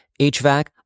HVAC